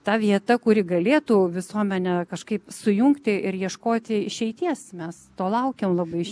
ta vieta kuri galėtų visuomenę kažkaip sujungti ir ieškoti išeities mes to laukiam labai iš